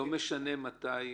זה לא משנה מתי?